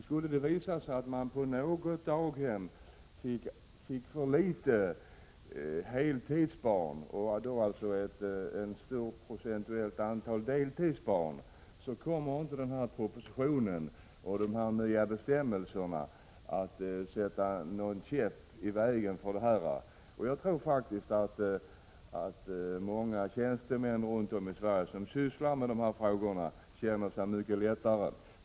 Skulle det visa sig att man på något daghem fick för få barn på heltid och en procentuellt sett för stor andel med barn på deltid, kommer inte denna proposition och de nya bestämmelserna att vara något hinder i vägen. Jag tror faktiskt att många tjänstemän runt om i Sverige som sysslar med dessa frågor känner sig lättade.